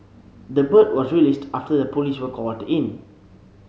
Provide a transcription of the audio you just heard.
the bird was released after the police were called in